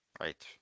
Right